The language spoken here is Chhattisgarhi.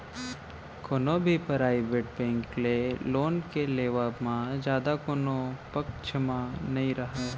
कोनो भी पराइबेट बेंक ले लोन के लेवब म जादा कोनो पक्छ म नइ राहय